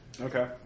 Okay